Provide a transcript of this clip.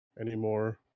anymore